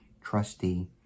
trustee